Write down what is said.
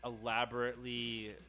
elaborately